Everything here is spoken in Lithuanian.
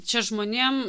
čia žmonėm